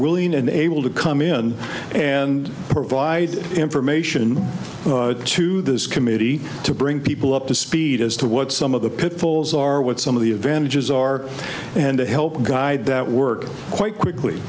willing and able to come in and provide information to this committee to bring people up to speed as to what some of the pitfalls are what some of the advantages are and to help guide that work quite quickly